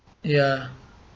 ya